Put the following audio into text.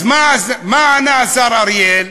אז מה ענה השר אריאל?